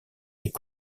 est